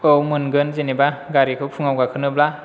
औ मोनगोन जेनोबा गारिखौ फुङाव गाखोनोब्ला